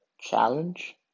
challenge